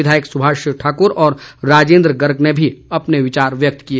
विधायक सुभाष ठाकुर और राजेंद्र गर्ग ने भी अपने विचार व्यक्त किए